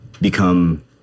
become